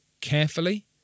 carefully